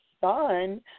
son